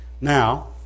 now